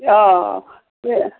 অঁ